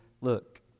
Look